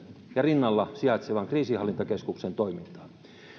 ja rinnalla sijaitsevan kriisinhallintakeskuksen toimintaa